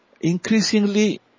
Increasingly